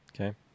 Okay